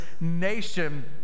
nation